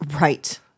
right